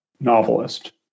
novelist